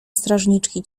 strażniczki